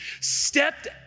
stepped